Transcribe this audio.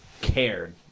cared